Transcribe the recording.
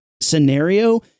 scenario